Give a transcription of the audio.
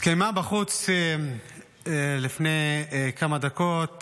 התקיימה בחוץ לפני כמה דקות